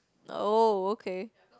no okay